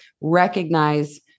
recognize